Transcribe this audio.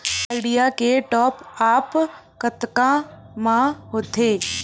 Idea के top आप कतका म होथे?